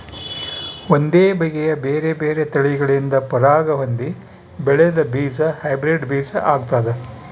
ಒಂದೇ ಬಗೆಯ ಬೇರೆ ಬೇರೆ ತಳಿಗಳಿಂದ ಪರಾಗ ಹೊಂದಿ ಬೆಳೆದ ಬೀಜ ಹೈಬ್ರಿಡ್ ಬೀಜ ಆಗ್ತಾದ